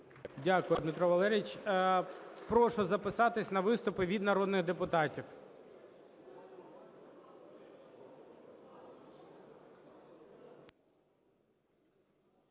Дякую, Дмитро Валерійович. Прошу записатися на виступи від народних депутатів.